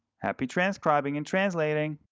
happy transcribing and translating!